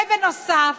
ובנוסף,